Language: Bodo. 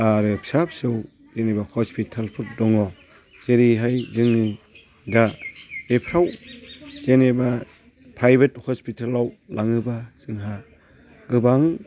आरो फिसा फिसौ जेनेबा हस्पिटालफोर दङ जेरैहाय जोंनि दा बेफोराव जेनेबा प्रायभेट हस्पिटालआव लाङोबा जोंहा गोबां